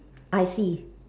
I see